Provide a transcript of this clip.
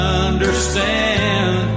understand